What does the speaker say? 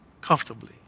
comfortably